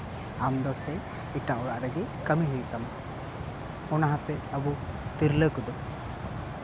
ᱟᱢ ᱫᱚ ᱥᱮᱭ ᱮᱴᱟᱜ ᱚᱲᱟᱜ ᱨᱮᱜᱮ ᱠᱟᱹᱢᱤ ᱦᱩᱭᱩᱜ ᱛᱟᱢᱟ ᱚᱱᱟᱛᱮ ᱟᱵᱚ ᱛᱤᱨᱞᱟᱹ ᱠᱚᱫᱚ